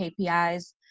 KPIs